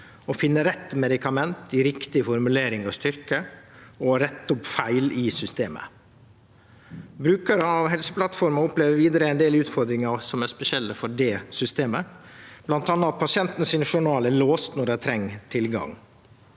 – finne rett medikament i riktig formulering og styrke – rette opp i feil i systemet Brukarar av Helseplattforma opplever vidare ein del utfordringar som er spesielle for dette systemet, bl.a. at journalen til pasienten er låst når dei treng tilgang.